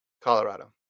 Colorado